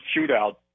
shootout